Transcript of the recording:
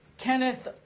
Kenneth